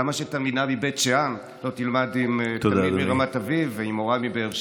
למה שתלמידה מבית שאן לא תלמד עם תלמיד מרמת אביב ועם מורה מבאר שבע?